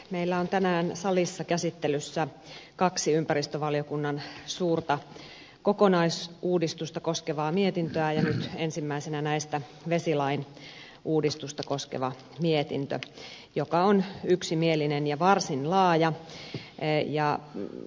meillä on tänään salissa käsittelyssä kaksi ympäristövaliokunnan suurta kokonaisuudistusta koskevaa mietintöä ja ensimmäisenä näistä vesilain uudistusta koskeva mietintö joka on yksimielinen ja varsin laaja